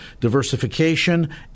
Diversification